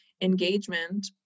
engagement